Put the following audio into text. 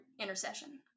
intercession